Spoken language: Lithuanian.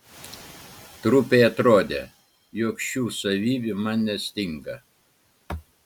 trupei atrodė jog šių savybių man nestinga